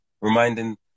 Reminding